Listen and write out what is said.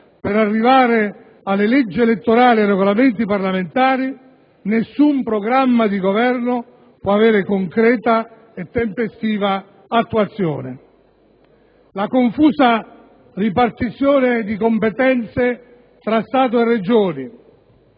per arrivare alle leggi elettorali e ai Regolamenti parlamentari, nessun programma di governo può avere concreta e tempestiva attuazione. La confusa ripartizione di competenze fra Stato e Regioni,